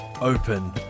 open